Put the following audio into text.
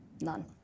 none